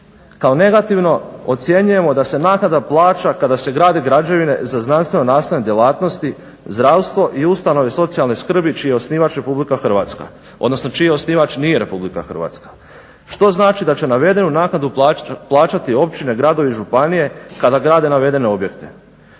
kao negativno ocjenjujemo da se naknada plaća kada se grade građevine za znanstveno nastavne djelatnosti zdravstvo i ustanove socijalne skrbi čiji je osnivač RH odnosno čiji osnivač nije RH, što znači da će navedenu naknadu plaćati općine, gradovi, županije kada grade navedene objekte,